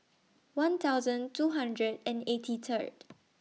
one thousand two hundred and eighty Third